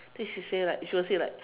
then she say like she will say like